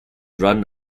run